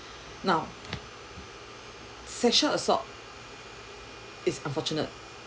now sexual assault is unfortunate